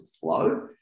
flow